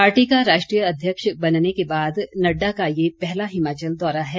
party का राष्ट्रीय अध्यक्ष बनने के बाद नड़डा का यह पहला हिमाचल दौरा है